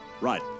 Right